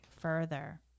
further